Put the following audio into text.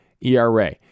ERA